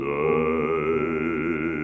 die